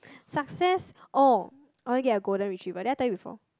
success or I'll probably get a golden retriever did I tell you before